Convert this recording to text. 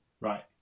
Right